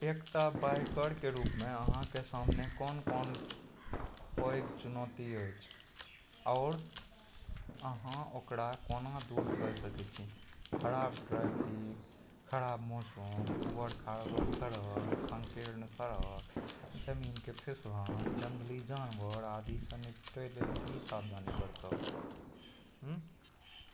एकटा बाइकरके रूपमे अहाँके सामने कोन कोन पैघ चुनौती अछि आओर अहाँ ओकरा कोना दूर कै सकै छी खराब ड्राइविन्ग खराब मौसम उबड़ खाबड़ सड़क सँकीर्ण सड़क ईसबमे